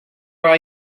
where